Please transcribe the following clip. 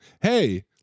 Hey